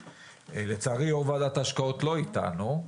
לצערי יו"ר ועדת ההשקעות לא איתנו,